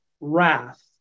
wrath